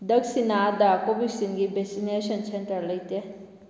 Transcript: ꯗꯛꯁꯤꯅꯥꯗ ꯀꯣꯕꯦꯛꯁꯤꯟꯒꯤ vaccination centre ꯂꯩꯇꯦ